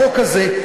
החוק הזה,